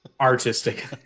Artistic